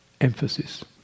emphasis